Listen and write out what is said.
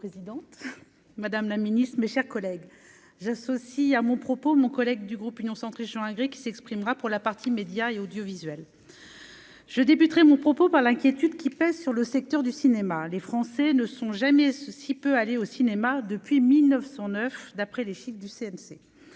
Madame la Ministre, mes chers collègues. J'associe à mon propos, mon collègue du groupe Union centriste Jean gris qui s'exprimera pour la partie médias et audiovisuels, je débuterais mon propos par l'inquiétude qui pèse sur le secteur du cinéma, les Français ne sont jamais ceci peut aller au cinéma depuis 909 d'après les chiffres du CNC,